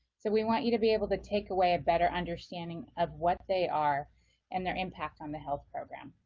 so we want you to be able to takeaway a better understanding of what they are and their impact on the health program.